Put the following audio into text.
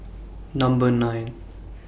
Number nine